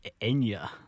Enya